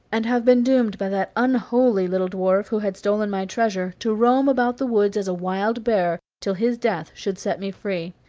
and have been doomed by that unholy little dwarf, who had stolen my treasure, to roam about the woods as a wild bear till his death should set me free.